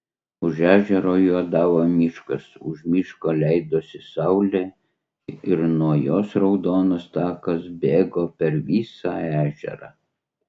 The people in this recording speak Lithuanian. už ežero juodavo miškas už miško leidosi saulė ir nuo jos raudonas takas bėgo per visą ežerą